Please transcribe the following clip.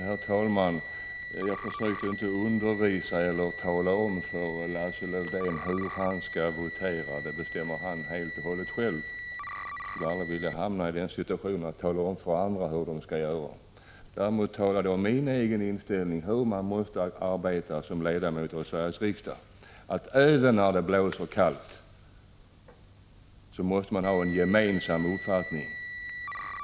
Herr talman! Jag försökte inte tala om för Lars-Erik Lövdén hur han skall votera; det bestämmer han helt och hållet själv — jag skulle aldrig vilja hamna isituationen att behöva tala om för andra hur de skall göra. Däremot återgav jag min egen uppfattning om hur man måste arbeta som ledamot av Sveriges riksdag. Även när det blåser kallt måste man inom partiet ha en gemensam uppfattning.